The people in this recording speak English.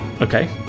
Okay